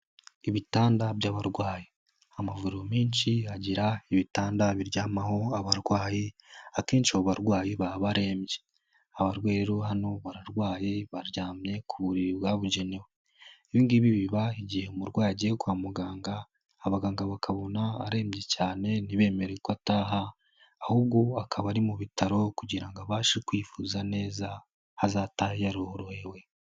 Ibitanda by'abarwayi, amavuriro menshi agira ibitanda biryamaho abarwayi, akenshi abo barwayi baba barembye, abarwayi rero hano bararwaye, baryamye ku buriri bwabugenewe, ibi ngibi biba igihe umurwayi agiye kwa muganga, abaganga bakabona arembye cyane ntibemere ko ataha, ahubwo akaba ari mu bitaro kugira ngo abashe kwivuza neza, akazata yarorohewe.